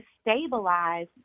stabilize